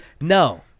No